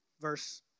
verse